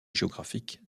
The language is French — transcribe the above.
géographiques